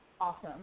Awesome